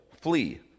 flee